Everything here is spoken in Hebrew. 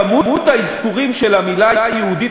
כמות האזכורים של המילה "יהודית",